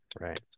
Right